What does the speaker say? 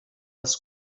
als